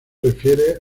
refiere